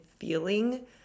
feeling